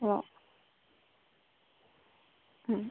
ഓ മ്